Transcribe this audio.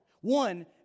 One